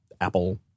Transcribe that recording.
Apple